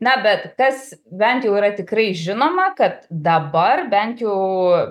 na bet tas bent jau yra tikrai žinoma kad dabar bent jau